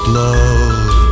love